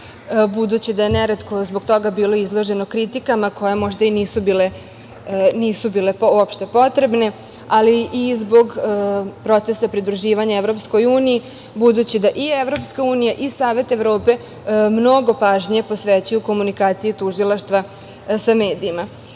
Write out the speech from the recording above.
budući da je neretko zbog toga bilo izloženo kritikama, koje možda i nisu bile uopšte potrebne, ali i zbog procesa pridruživanja Evropskoj uniji, budući da i Evropska unija i Savet Evrope mnoge pažnje posvećuju komunikaciji tužilaštva sa medijima. Citiraću